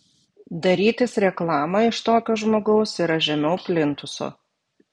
darytis reklamą iš tokio žmogaus yra žemiau plintuso